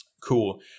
Cool